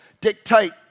dictate